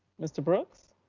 mr. brooks?